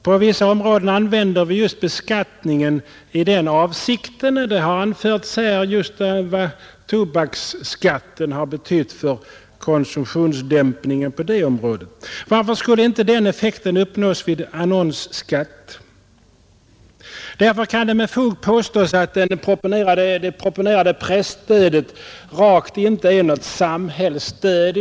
På vissa områden använder vi beskattningen i just den avsikten. Här har sålunda anförts vad tobaksskatten har betytt för konsumtionsdämpningen på det området. Varför skulle inte införandet av annonsskatt ha samma effekt? Därför kan man med fog påstå att det proponerade presstödet alls inte är något samhällsstöd.